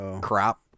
crop